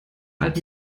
alten